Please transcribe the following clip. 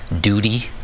duty